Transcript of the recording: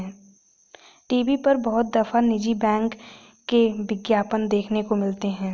TV पर बहुत दफा निजी बैंक के विज्ञापन देखने को मिलते हैं